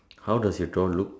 how does your door look